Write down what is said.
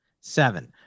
Seven